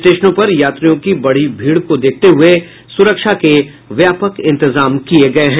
स्टेशनों पर यात्रियों की बढ़ी भीड़ को देखते हुये सुरक्षा के व्यापक इंतजाम किये गये हैं